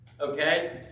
okay